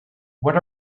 what